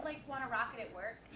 wanna rock it at work.